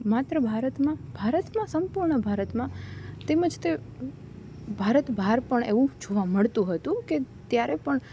માત્ર ભારતમાં ભારતમાં સંપૂર્ણ ભારતમાં તેમજ તે ભારત બહાર પણ એવું જોવા મળતું હતું કે ત્યારે પણ